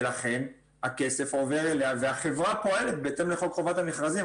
ולכן הכסף עובר אליה והחברה פועלת בהתאם חובת המכרזים.